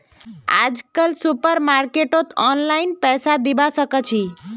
आजकल सुपरमार्केटत ऑनलाइन पैसा दिबा साकाछि